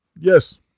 Yes